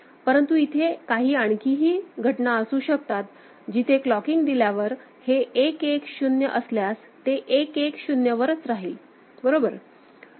परंतु इथे काही आणखीही घटना असू शकतात जिथे क्लॉकिंग दिल्यावर हे 1 1 0 असल्यास ते 1 1 0 वरच राहील बरोबर